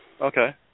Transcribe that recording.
Okay